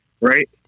right